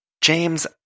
James